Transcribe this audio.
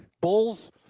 bulls